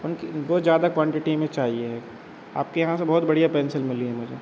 उनकी वो ज़्यादा क्वान्टिटी में चाहिए है आपके यहाँ से बहुत बढ़िया पेंसिल मिली है मुझे